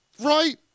Right